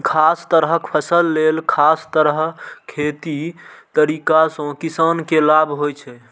खास तरहक फसल लेल खास तरह खेतीक तरीका सं किसान के लाभ होइ छै